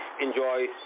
enjoy